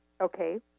Okay